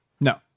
No